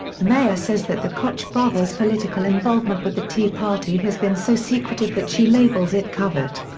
mayer says that the koch brothers' political involvement with the tea party has been so secretive that she labels it covert.